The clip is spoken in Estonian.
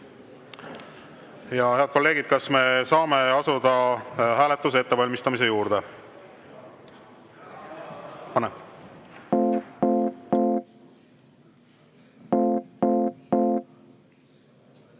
Head kolleegid, kas me saame asuda hääletuse ettevalmistamise juurde? Head